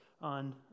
on